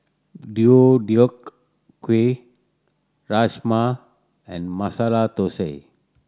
Deodeok Gui Rajma and Masala Dosa